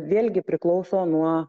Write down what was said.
vėlgi priklauso nuo